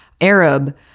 Arab